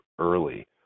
early